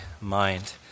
mind